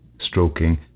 stroking